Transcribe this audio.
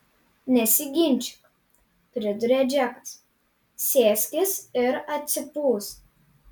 nesiginčyk priduria džekas sėskis ir atsipūsk